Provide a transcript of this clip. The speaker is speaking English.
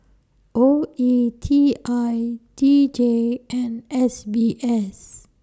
O E T I D J and S B S